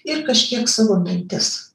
ir kažkiek savo mintis